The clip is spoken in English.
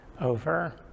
over